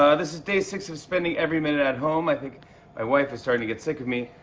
ah this is day six of spending every minute at home. i think my wife is starting to get sick of me.